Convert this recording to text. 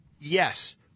Yes